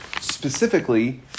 specifically